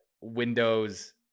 Windows